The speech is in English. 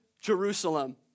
Jerusalem